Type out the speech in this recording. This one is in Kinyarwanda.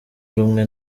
rumwe